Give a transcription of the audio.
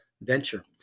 venture